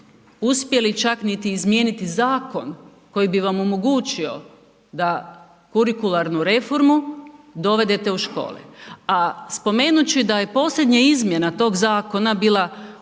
uspjeli čak niti izmijeniti zakon koji bi vam omogućio da kurikularnu reformu dovedete u škole. A spomenut ću da je posljednja izmjena tog zakona bila u